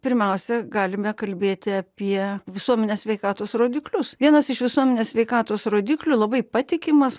pirmiausia galime kalbėti apie visuomenės sveikatos rodiklius vienas iš visuomenės sveikatos rodiklių labai patikimas